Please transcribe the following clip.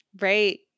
right